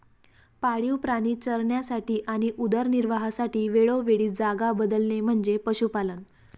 पाळीव प्राणी चरण्यासाठी आणि उदरनिर्वाहासाठी वेळोवेळी जागा बदलणे म्हणजे पशुपालन